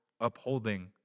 upholding